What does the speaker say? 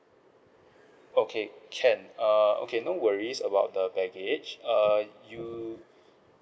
okay can err okay no worries about the baggage err you